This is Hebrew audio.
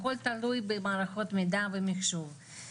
הכל תלוי במערכות מידע ומחשוב.